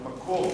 המקור?